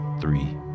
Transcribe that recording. three